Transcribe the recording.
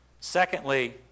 Secondly